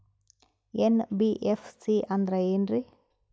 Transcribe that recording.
NBFC ಅಂದ್ರ ಏನ್ರೀ?